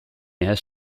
has